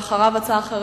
ואחריו, הצעה אחרת,